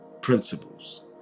principles